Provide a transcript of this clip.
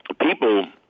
people